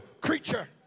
creature